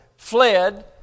fled